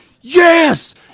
yes